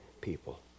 people